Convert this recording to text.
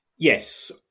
Yes